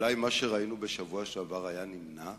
מה שראינו בשבוע שעבר היה נמנע?